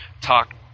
talk